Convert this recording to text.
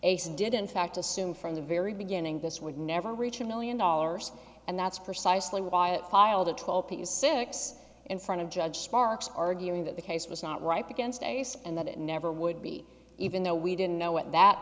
ace and did in fact assume from the very beginning this would never reach a million dollars and that's precisely why it filed a top is six in front of judge sparks arguing that the case was not ripe against us and that it never would be even though we didn't know at that